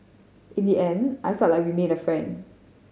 in the end I felt like we made a friend